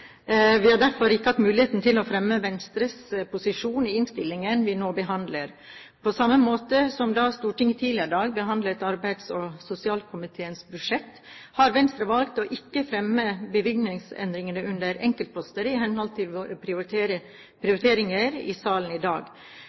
Vi har derfor ikke hatt muligheten til å fremme Venstres posisjon i innstillingen vi nå behandler. På samme måte som da Stortinget tidligere i dag behandlet arbeids- og sosialkomiteens budsjett, har Venstre valgt ikke å fremme bevilgningsendringer under enkeltposter i henhold til våre prioriteringer i salen i dag.